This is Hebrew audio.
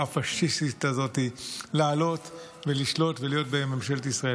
הפשיסטית הזאת לעלות ולשלוט ולהיות בממשלת ישראל.